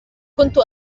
كنت